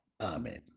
Amen